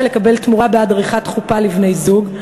לקבל תמורה בעד עריכת חופה לבני-זוג,